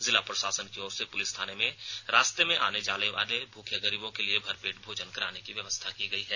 जिला प्रशासन की ओर से पुलिस थाने में रास्ते में आने जाने वाले मूखे गरीबों के लिए भरपेट भोजन कराने की व्यवस्था की गई है